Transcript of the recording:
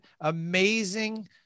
amazing